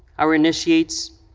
our initiates,